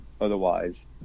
otherwise